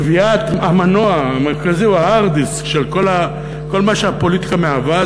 קביעת המנוע המרכזי או ה-hard disk של כל מה שהפוליטיקה מהווה,